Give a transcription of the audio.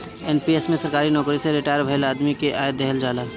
NPS में सरकारी नोकरी से रिटायर भईल आदमी के आय देहल जाला